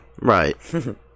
Right